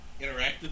interactive